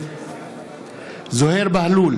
נגד זוהיר בהלול,